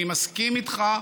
אני מסכים איתך,